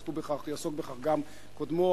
ויעסוק בכך גם קודמו,